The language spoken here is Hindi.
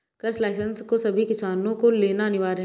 कृषि लाइसेंस को सभी किसान को लेना अनिवार्य है